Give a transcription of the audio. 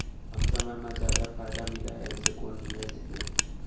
कम समय मा जादा फायदा मिलए ऐसे कोन निवेश हे?